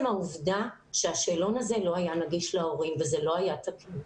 העובדה שהשאלון הזה לא היה נגיש להורים וזה לא היה תקין.